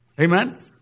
Amen